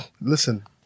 listen